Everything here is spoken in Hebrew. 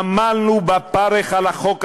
עמלנו בפרך על החוק הזה,